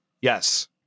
Yes